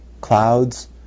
clouds